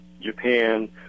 Japan